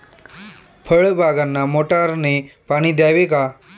फळबागांना मोटारने पाणी द्यावे का?